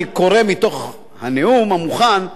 אני קורא מתוך הנאום המוכן,